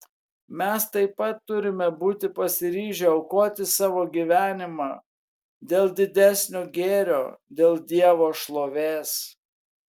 mes taip pat turime būti pasiryžę aukoti savo gyvenimą dėl didesnio gėrio dėl dievo šlovės